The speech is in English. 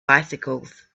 bicycles